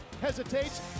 hesitates